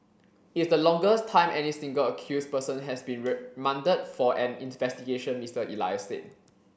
it is the longest time any single accused person has been remanded for an investigation Mr Elias said